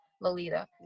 lolita